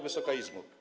Wysoka Izbo!